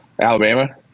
Alabama